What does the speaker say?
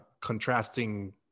contrasting